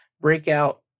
breakout